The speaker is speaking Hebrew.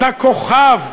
אתה כוכב,